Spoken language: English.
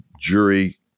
jury